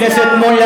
חבר הכנסת מולה,